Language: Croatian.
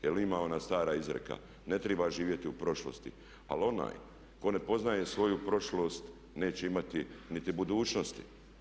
Jer ima ona stara izreka "Ne treba živjeti u prošlosti ali onaj tko ne poznaje svoju prošlost neće imati niti budućnosti"